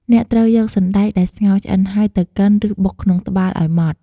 អ្នកត្រូវយកសណ្ដែកដែលស្ងោរឆ្អិនហើយ ទៅកិន ឬបុកក្នុងត្បាល់ឲ្យម៉ដ្ឋ ។